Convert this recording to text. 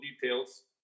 details